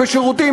בשירותים,